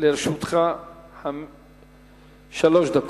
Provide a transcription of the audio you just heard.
לרשותך שלוש דקות.